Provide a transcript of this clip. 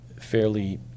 fairly